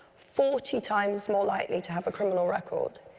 forty times more likely to have a criminal record,